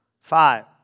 Five